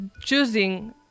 choosing